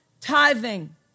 tithing